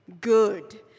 good